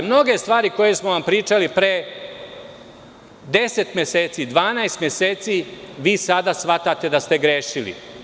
Za mnoge stvari koje smo vam pričali pre 10, 12 meseci, vi sada shvatate da ste grešili.